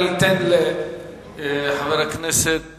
אני אתן לחבר הכנסת